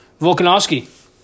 Volkanovski